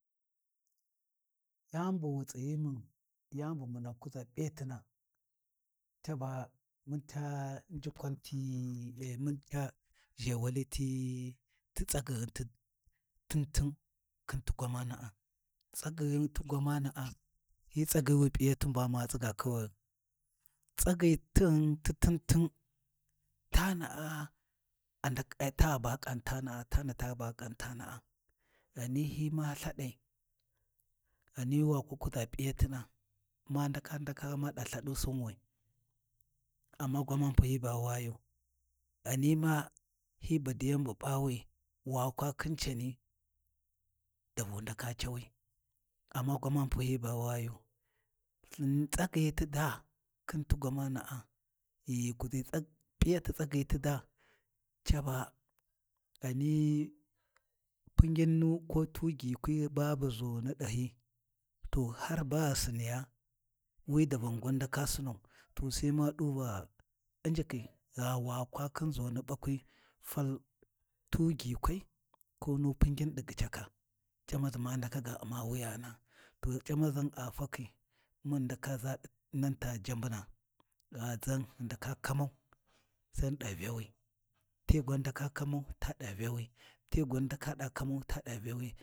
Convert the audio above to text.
Yanu bu wu tsigimun, yani bu muna kuʒa p’iyatina caba mun ca njukwan ti tsagyighun ti tin-tin khin ti gwamana’a, tsagyighun ti gwamana’a hyi tsagyi wi p’iyatin bama tsiga kawayu tsagyi taghun ti tin-tin tana’a ta ba kan tana’a tani ta ta ba ƙan tana'a ghani hi ma lthaɗai ghani wa ku kuʒa p’iyatina ma ndaka ndaka maɗa lthaɗu Sinwi amma gwamana pu hi ba wayu, ghanima hi badiyan bu p‘awi wa kwa khin cani davu ndaka cawi, amma gwamani pu hi ba wayu, lthin tsagyi ti daa khin ti gwamana’a ghighu kuzi P’iyati tsagyi ti daa, caba ghani pingin nu ko tu Gikwi babu ʒunu ɗahyi to har baghi Siniya wi davan gwan ndaka Sinawu to sai ma ɗu va unjikhi gha wa kwa khin ʒuna ɓakwi fal tu gikwai ko nu pingin ɗi gyacaka, C’amazi ma ndaka ga U’ma wuyana, to C’amaʒan a fakhi mun ghi ndaka ʒa ɗi nan ta Jambuna, gha ʒan ghi ndaka kamau sai mun ɗa Vyawi, te gwan ndaka ɗa kamau taɗa Vyawi.Te gwan ndaka ɗa kamau ta ɗa vyawi